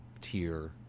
tier